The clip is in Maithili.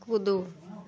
कूदू